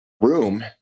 room